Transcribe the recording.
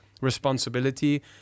responsibility